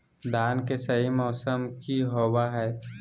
धान के सही मौसम की होवय हैय?